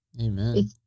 Amen